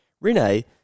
Rene